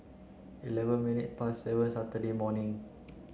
eleven minutes past seven Saturday evening